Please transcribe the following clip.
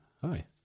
hi